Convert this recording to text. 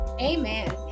Amen